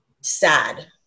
sad